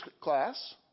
class